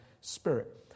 Spirit